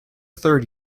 third